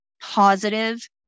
positive